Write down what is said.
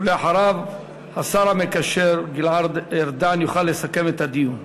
ואחריו השר המקשר גלעד ארדן יוכל לסכם את הדיון.